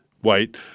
white